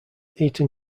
eton